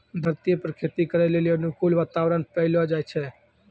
धरतीये पर खेती करै लेली अनुकूल वातावरण पैलो जाय छै